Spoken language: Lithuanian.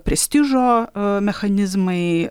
prestižo mechanizmai